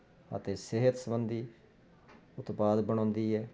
ਅਤੇ ਸਿਹਤ ਸਬੰਧੀ ਉਤਪਾਦ ਬਣਾਉਂਦੀ ਹੈ